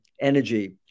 energy